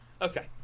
Okay